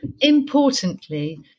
Importantly